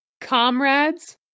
Comrades